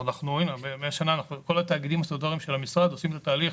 כל התאגידים הסטטוטוריים של המשרד עושים את התהליך,